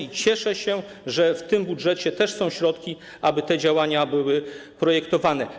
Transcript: I cieszę się, że w tym budżecie też są środki, aby takie działania były projektowane.